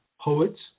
Poets